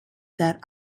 that